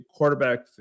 quarterbacks